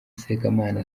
sekamana